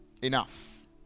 Enough